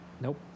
Nope